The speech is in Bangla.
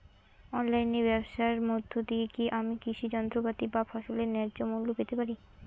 অনলাইনে ব্যাবসার মধ্য দিয়ে কী আমি কৃষি যন্ত্রপাতি বা ফসলের ন্যায্য মূল্য পেতে পারি?